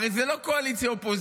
הרי זה לא קואליציה אופוזיציה.